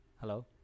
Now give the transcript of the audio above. Hello